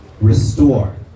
restore